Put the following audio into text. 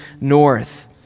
north